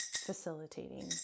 facilitating